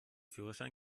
führerschein